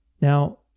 Now